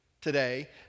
today